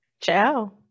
Ciao